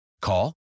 Call